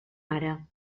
ara